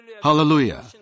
Hallelujah